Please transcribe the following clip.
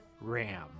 Ram